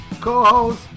co-host